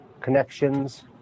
connections